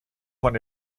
von